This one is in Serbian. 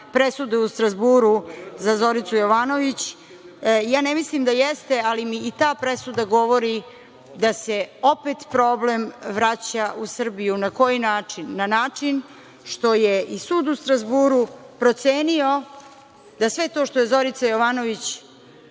presude u Strazburu za Zoricu Jovanović. Ja ne mislim da jeste, ali i ta presuda govori da se opet problem vraća u Srbiju. Na koji način? Na način što je i sud u Strazburu procenio da sve to što je Zorica Jovanović